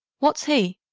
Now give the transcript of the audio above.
what s he?